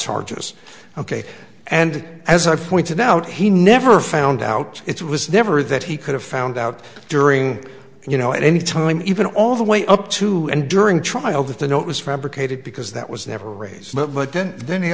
charges ok and as i pointed out he never found out it was never that he could have found out during you know at any time even all the way up to and during trial that the note was fabricated because that was never raised but what did then he